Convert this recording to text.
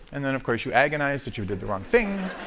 and then of course you agonize that you did the wrong thing.